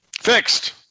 Fixed